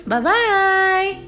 Bye-bye